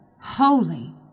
holy